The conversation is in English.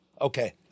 Okay